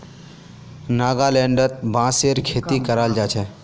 नागालैंडत बांसेर खेती कराल जा छे